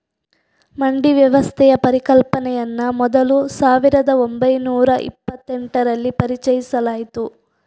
ಮಂಡಿ ವ್ಯವಸ್ಥೆಯ ಪರಿಕಲ್ಪನೆಯನ್ನ ಮೊದಲು ಸಾವಿರದ ಒಂಬೈನೂರ ಇಪ್ಪತೆಂಟರಲ್ಲಿ ಪರಿಚಯಿಸಲಾಯ್ತು